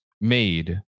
made